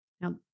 Now